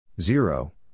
Zero